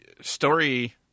story